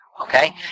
Okay